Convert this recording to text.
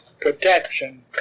protection